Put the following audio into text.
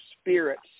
spirits